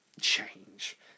change